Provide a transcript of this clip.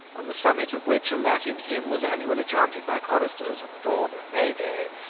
on the summit of which a latin hymn was annually chanted by choristers at the dawn of may day,